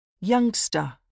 Youngster